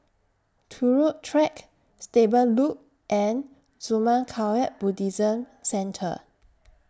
Turut Track Stable Loop and Zurmang Kagyud Buddhist Centre